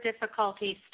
difficulties